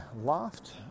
loft